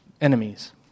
enemies